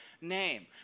name